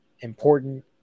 important